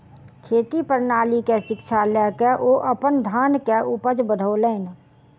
खेती प्रणाली के शिक्षा लय के ओ अपन धान के उपज बढ़ौलैन